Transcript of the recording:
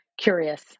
Curious